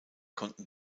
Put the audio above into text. konnten